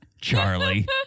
Charlie